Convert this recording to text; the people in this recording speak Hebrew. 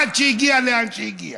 עד שהגיע לאן שהגיע,